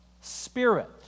Spirit